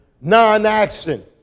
non-action